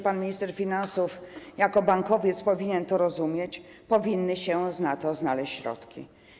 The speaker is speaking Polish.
Pan minister finansów jako bankowiec powinien rozumieć, że powinny się na to znaleźć środki.